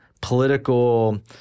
political